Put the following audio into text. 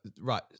right